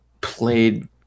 played